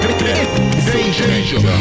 danger